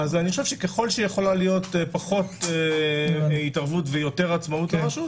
ככל שיכולה להיות פחות התערבות ויותר עצמאות לרשות